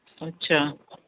ਅੱਛਾ